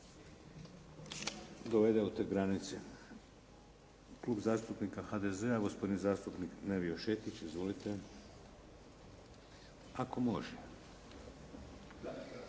dovede u te granice. Klub zastupnika HDZ-a gospodin zastupnik Nevio Šetić. Izvolite. **Šetić,